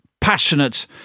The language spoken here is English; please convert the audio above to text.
passionate